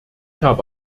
habe